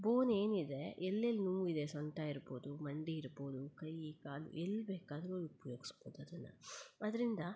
ಬೋನ್ ಏನಿದೆ ಎಲ್ಲೆಲ್ಲಿ ನೋವಿದೆ ಸೊಂಟ ಇರ್ಬೋದು ಮಂಡಿ ಇರ್ಬೋದು ಕೈ ಕಾಲು ಎಲ್ಲಿ ಬೇಕಾದ್ರೂ ಉಪ್ಯೋಗ್ಸ್ಬೋದು ಅದನ್ನು ಅದರಿಂದ